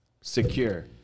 secure